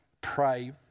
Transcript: pray